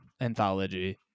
anthology